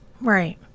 right